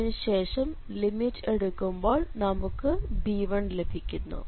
അതിനുശേഷം ലിമിറ്റ് എടുക്കുമ്പോൾ നമുക്ക് b1 ലഭിക്കുന്നു